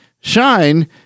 shine